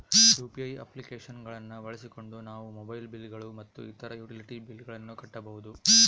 UPI application ಗಳನ್ನ ಬಳಸಿಕೊಂಡು ನಾವು ಮೊಬೈಲ್ ಬಿಲ್ ಗಳು ಮತ್ತು ಇತರ ಯುಟಿಲಿಟಿ ಬಿಲ್ ಗಳನ್ನ ಕಟ್ಟಬಹುದು